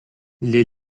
les